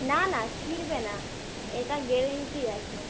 না না ছিঁড়বে না এটা গেরেন্টি আছে